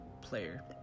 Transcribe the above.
player